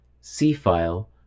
C-File